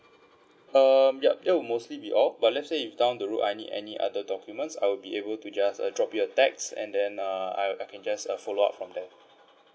um yup that'll mostly be all but let's say if down the road I need any other documents I'll be able to just uh drop you a text and then uh I I can just uh follow up from there